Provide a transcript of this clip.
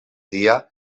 dia